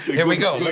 here we go.